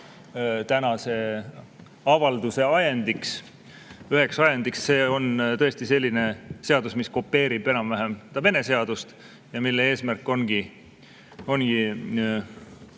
tänase avalduse üheks ajendiks. See on tõesti selline seadus, mis kopeerib enam-vähem Vene seadust ja mille eesmärk ongi